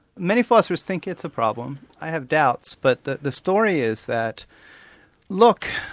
many philosophers think it's a problem. i have doubts. but the the story is that look,